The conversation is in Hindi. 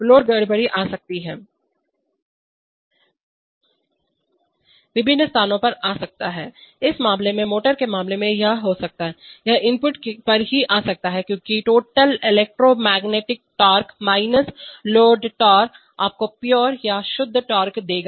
लोड गड़बड़ी में आ सकता है विभिन्न स्थानों पर आ सकता है इस मामले में मोटर के मामले में यह आ सकता है यह इनपुट पर ही आ सकता है क्योंकि total electromagnetic torque minus load torque आपको शुद्ध टार्क देगा